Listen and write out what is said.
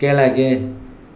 ಕೆಳಗೆ